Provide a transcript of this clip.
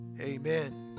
amen